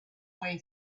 way